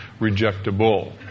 rejectable